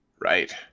Right